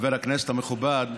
חבר הכנסת המכובד,